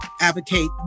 advocate